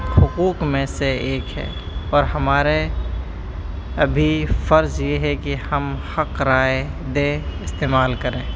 حقوق میں سے ایک ہے اور ہمارے ابھی فرض یہ ہے کہ ہم حق رائے دیں استعمال کریں